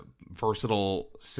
versatile